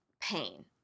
pain